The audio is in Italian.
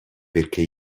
perché